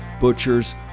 butchers